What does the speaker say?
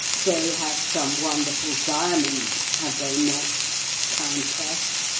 they have some wonderful diamonds, have they not countess?